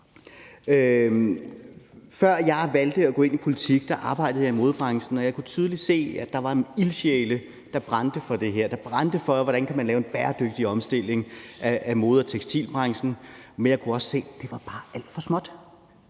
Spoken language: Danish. Før jeg valgte at gå ind i politik arbejdede jeg i modebranchen, og jeg kunne tydeligt se, at der var nogle ildsjæle, der brændte for det her, der brændte for, hvordan man kan lave en bæredygtig omstilling af mode- og tekstilbranchen, men jeg kunne også se, at det bare var alt for småt.